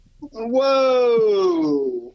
Whoa